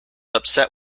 upset